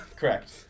Correct